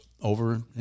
over